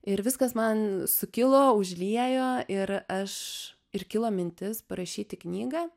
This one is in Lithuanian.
ir viskas man sukilo užliejo ir aš ir kilo mintis parašyti knygą